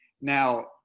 Now-